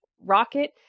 rocket